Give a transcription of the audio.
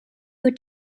your